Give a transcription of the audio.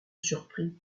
surpris